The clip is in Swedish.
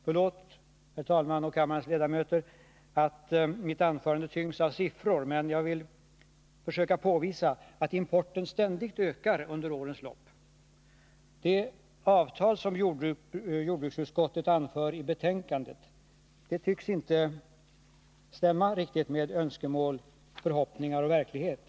Förlåt, herr talman, och kammarens ledamöter, om mitt anförande tyngs av siffror, men jag vill försöka påvisa att importen ständigt ökat under årens lopp. De avtal som jordbruksutskottet nämner i betänkandet tycks inte stämma riktigt med önskemål, förhoppningar och verklighet.